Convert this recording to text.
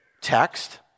text